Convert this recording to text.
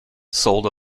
sold